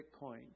Bitcoin